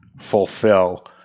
fulfill